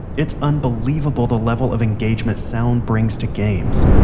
it's unbelievable the level of engagement sound brings to games.